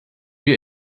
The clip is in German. wir